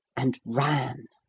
and ran!